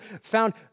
found